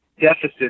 deficit